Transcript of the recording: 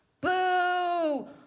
boo